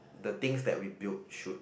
the things that we build should